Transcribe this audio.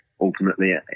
Ultimately